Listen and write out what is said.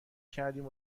کردیم